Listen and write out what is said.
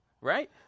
right